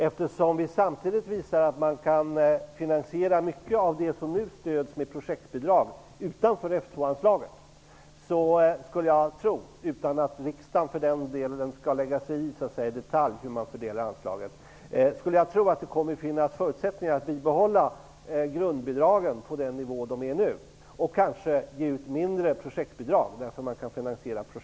Eftersom vi samtidigt visar att man kan finansiera mycket av det som nu stöds med projektbidrag utanför F 2-anslaget, utan att riksdagen i detalj lägger sig i hur man fördelar anslaget, skulle jag tro att det kommer att finnas förutsättningar att bibehålla grundbidragen på nuvarande nivå och kanske ge mindre projektbidrag.